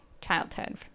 childhood